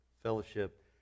fellowship